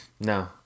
no